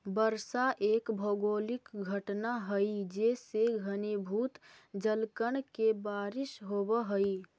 वर्षा एक भौगोलिक घटना हई जेसे घनीभूत जलकण के बारिश होवऽ हई